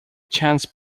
chance